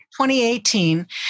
2018